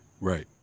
Right